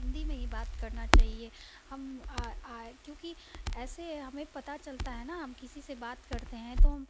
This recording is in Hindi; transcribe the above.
हिन्दी में ही बात करना चहिए हम क्योंकि ऐसे हमें पता चलता है न हम किसी से बात करते हैं तो